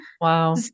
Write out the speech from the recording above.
Wow